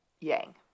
Yang